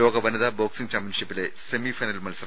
ലോക വനിതാ ബോക്സിംഗ് ചാമ്പ്യൻഷിപ്പിലെ സെമി ഫൈനൽ മത്സ